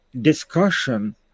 discussion